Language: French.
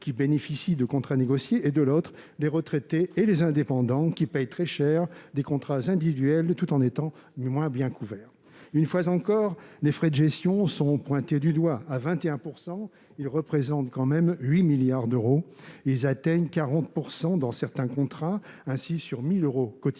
qui bénéficient de contrats négociés, et, de l'autre, les retraités et les indépendants, qui payent très cher des contrats individuels tout en étant moins bien couverts. Une fois encore, les frais de gestion sont pointés du doigt. À 21 %, ils représentent quand même 8 milliards d'euros. Ils atteignent 40 % dans certains contrats. Ainsi, sur 1 000 euros cotisés,